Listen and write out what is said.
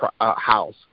house